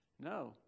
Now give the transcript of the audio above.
no